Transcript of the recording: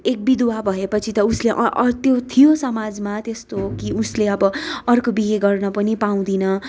एक विधवा भएपछि त उसले यो त्यो समाजमा त्यस्तो उसले अब अर्को बिहे गर्न पनि पाउँदिन